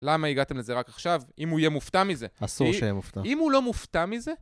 למה הגעתם לזה רק עכשיו, אם הוא יהיה מופתע מזה? אסור שיהיה מופתע. אם הוא לא מופתע מזה?